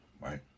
Right